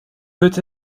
peut